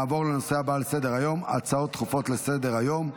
אנחנו עוברים להצבעה על הצעת חוק המים (תיקון,